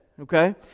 okay